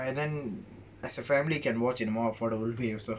ya and then as a family can watch in more affordable movie also